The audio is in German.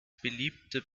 beliebte